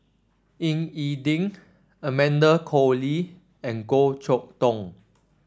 Ying E Ding Amanda Koe Lee and Goh Chok Tong